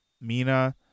Mina